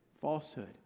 falsehood